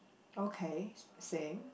okay same